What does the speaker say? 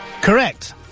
Correct